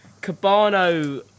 Cabano